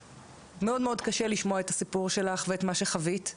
מאוד קשה לשמוע את הסיפור שלך ואת מה שחווית.